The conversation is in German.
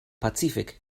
pazifik